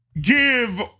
give